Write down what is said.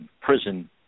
prison